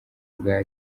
bwa